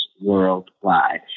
Worldwide